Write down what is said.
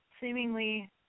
seemingly